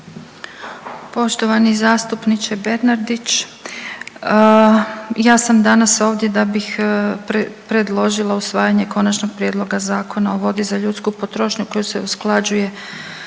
Poštovani zastupniče Bernardić, ja sam danas ovdje da bih predložila usvajanje Konačnog prijedloga Zakona o vodi za ljudsku potrošnju koji se usklađuje